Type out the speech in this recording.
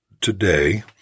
today